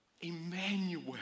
Emmanuel